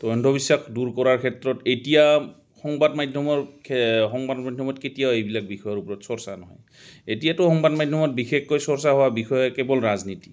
ত' অন্ধবিশ্বাস দূৰ কৰাৰ ক্ষেত্ৰত এতিয়া সংবাদ মাধ্যমৰ সংবাদ মাধ্যমত কেতিয়াও এইবিলাক বিষয়ৰ ওপৰত চৰ্চা নহয় এতিয়াতো সংবাদ মাধ্যমত বিশেষকৈ চৰ্চা হোৱা বিষয়ে কেৱল ৰাজনীতি